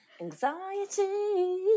Anxiety